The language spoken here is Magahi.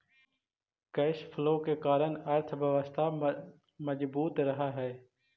कैश फ्लो के कारण अर्थव्यवस्था मजबूत रहऽ हई